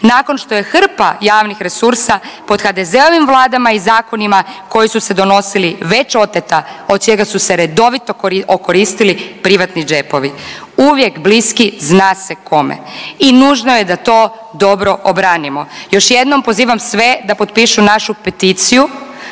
Nakon što je hrpa javnih resursa pod HDZ-ovim vladama i zakonima koji su se donosili već oteta od čega su se redovito okoristili privatni džepovi uvijek bliski zna se kome. I nužno je da to dobro obranimo. Još jednom pozivam sve da potpišu našu peticiju